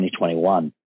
2021